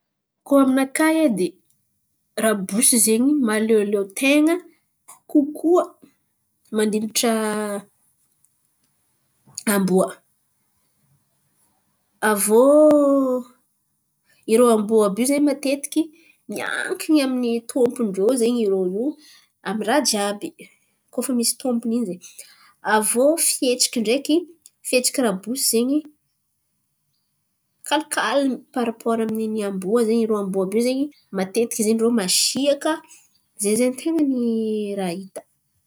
Koa aminakà edy, rabosy zen̈y ten̈a mahaliôliô ten̈a kokoa mandilatra amboa. Aviô irô amboa àby io zen̈y matetiky miankiny amin'ny tômpon-drô zen̈y irô io amy raha jiàby koa fa misy tômpiny iny zen̈y. Aviô fihetsiky ndreky fihetsiky rabosy zen̈y kalkalma parapaoro amin'iny amboa zen̈y, irô amboa àby io zen̈y matetiky irô masiaka zay zen̈y ten̈a ny raha hita.